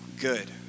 good